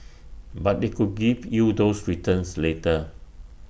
but they could give you those returns later